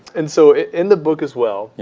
and so, in the book as well,